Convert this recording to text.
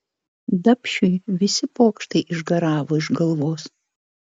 dapšiui visi pokštai išgaravo iš galvos